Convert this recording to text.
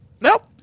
nope